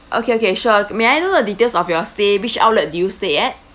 okay okay sure may I know the details of your stay which outlet do you stay at